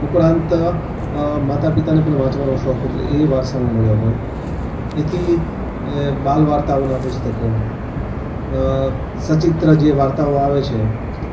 ઉપરાંત માતા પિતાને પણ વાંચવાનો શોખ એટલે એ વારસામાં મળ્યો હોય એથી બાલ વાર્તાઓનાં પુસ્તકો સચિત્ર જે વાર્તાઓ આવે છે